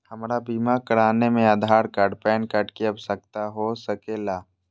हमरा बीमा कराने में आधार कार्ड पैन कार्ड की आवश्यकता हो सके ला?